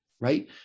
right